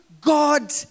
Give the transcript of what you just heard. God